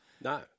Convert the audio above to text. No